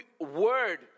word